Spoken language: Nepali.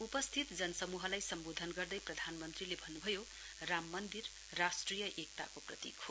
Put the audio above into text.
उपस्थित जनसमूहलाई सम्बोधन गर्दै प्रधानमन्त्रीले भन्नुभयो राम मन्दिर राष्ट्रिय एकताको प्रतीक हो